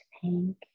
pink